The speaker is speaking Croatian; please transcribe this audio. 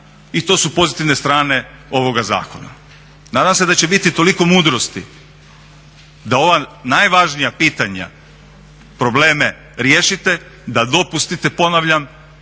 i to su pozitivne strane ovoga zakona. Nadam se da će biti toliko mudrosti da ova najvažnija pitanja, probleme riješite, da dopustite ponavljam